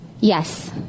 Yes